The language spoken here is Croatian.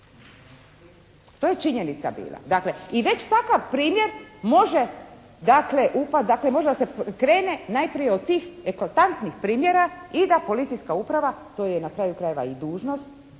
To je činjenica bila. Dakle i već takav primjer može dakle, dakle može da se krene najprije od tih eklatantnih primjera i da policijska uprava to joj je na kraju krajeva i dužnost.